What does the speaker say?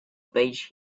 page